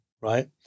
right